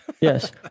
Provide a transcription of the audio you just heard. Yes